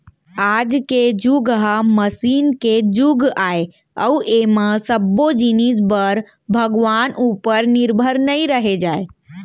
आज के जुग ह मसीन के जुग आय अउ ऐमा सब्बो जिनिस बर भगवान उपर निरभर नइ रहें जाए